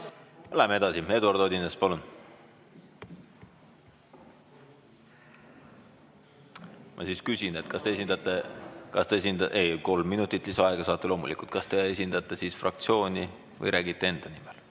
Läheme edasi. Eduard Odinets, palun! Ma siis küsin, kas te esindate ... Ei, kolm minutit lisaaega saate loomulikult. Aga kas te esindate fraktsiooni või räägite enda eest?